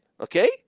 okay